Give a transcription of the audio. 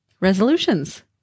resolutions